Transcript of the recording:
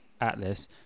Atlas